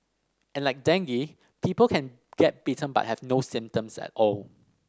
and like dengue people can get bitten but have no symptoms at all